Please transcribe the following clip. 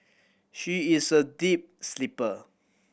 she is a deep sleeper